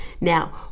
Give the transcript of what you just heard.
Now